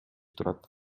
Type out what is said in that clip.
турат